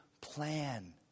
plan